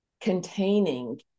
containing